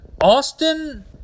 Austin